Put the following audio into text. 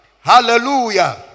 Hallelujah